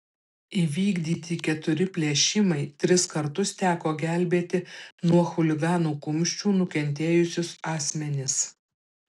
įvykdyti keturi plėšimai tris kartus teko gelbėti nuo chuliganų kumščių nukentėjusius asmenis